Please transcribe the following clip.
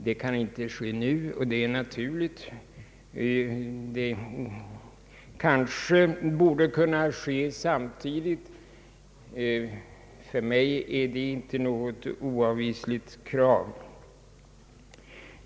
Det kan inte ske nu, vilket är naturligt. Det borde kanske kunna ske samtidigt med det nya systemets tillämpning för alla andra läkare. För mig är det inte ett oavvisligt krav.